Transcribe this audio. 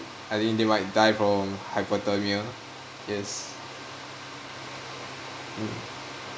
I think they might die from hypothermia yes um